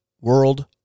World